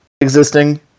existing